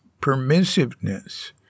permissiveness